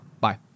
Bye